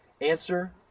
Answer